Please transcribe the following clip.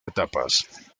etapas